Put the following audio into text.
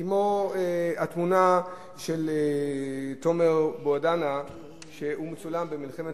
כמו התמונה של תומר בוהדנה שמצולם במלחמת